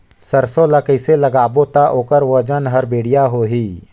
सरसो ला कइसे लगाबो ता ओकर ओजन हर बेडिया होही?